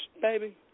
baby